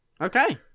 Okay